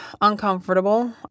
uncomfortable